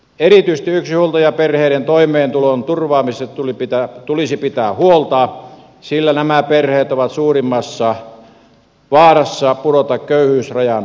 erityisesti yksinhuoltajaperheiden toimeentulon turvaamisesta tulisi pitää huolta sillä nämä perheet ovat suurimmassa vaarassa pudota köyhyysrajan alapuolelle